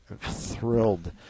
thrilled